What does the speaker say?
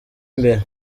imbere